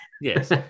Yes